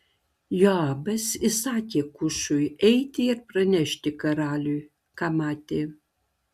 joabas įsakė kušui eiti ir pranešti karaliui ką matė